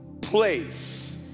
place